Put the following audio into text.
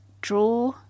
draw